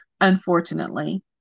unfortunately